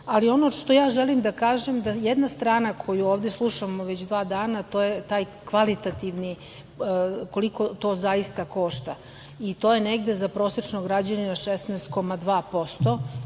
ali ono što ja želim da kažem da jedna strana koju ovde slušamo dva dana, to je taj kvalitativni, koliko to zaista košta i to je za prosečnog građanina 16,2%